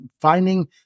finding